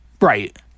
right